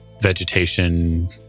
vegetation